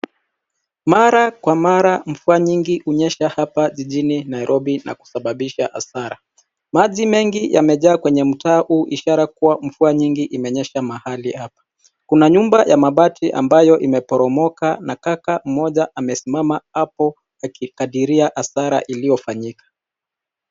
Mara kwa mara mvua nyingi hunyesha hapa jijini Nairobi na kusababisha hasara. Maji mengi yamejaa kwenye mtaro ishara kuwa mvua nyingi imenyesha mahali hapa. Kuna nyumba ya mabati ambayo imeboromoka na kaka mmoja amesimama hapo akikadiria hasara iliyofanyika.